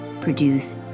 produce